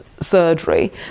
surgery